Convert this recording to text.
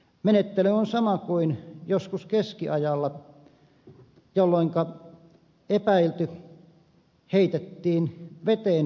menettely on sama kuin joskus keskiajalla jolloinka epäilty heitettiin sidottuna veteen